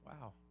Wow